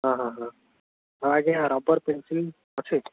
ହଁ ହଁ ହଁ ହଁ ଆଜ୍ଞା ରବର୍ ପେନସିଲ୍ ଅଛି